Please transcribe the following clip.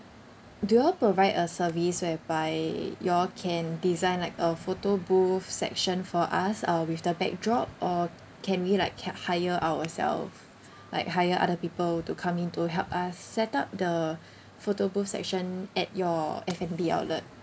do you all provide a service whereby you all can design like a photo booth section for us uh with the backdrop or can we like ca~ hire ourselves like hire other people to come in to help us set up the photo booth section at your F&B outlet